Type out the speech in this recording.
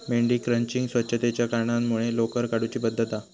मेंढी क्रचिंग स्वच्छतेच्या कारणांमुळे लोकर काढुची पद्धत हा